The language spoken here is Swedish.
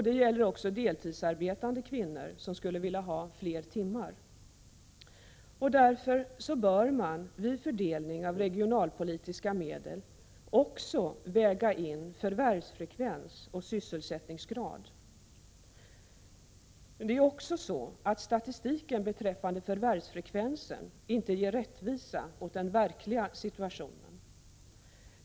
Detta gäller också deltidsarbetande kvinnor som skulle vilja arbeta fler timmar. Därför bör man vid fördelningen av regionalpolitiska medel också väga in förvärvsfrekvens och sysselsättningsgrad. Statistiken beträffande förvärvsfrekvensen ger inte en rättvisande bild av den verkliga situationen.